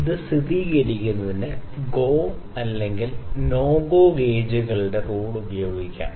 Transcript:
ഇത് സ്ഥിരീകരിക്കുന്നതിന് go no go GO NO GO ഗേജുകളുടെ റൂൾ ഉപയോഗിക്കും